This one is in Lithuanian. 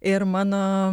ir mano